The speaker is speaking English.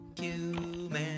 Human